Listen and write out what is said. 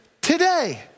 today